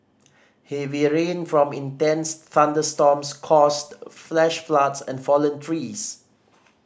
heavy rain from intense thunderstorms caused flash floods and fallen trees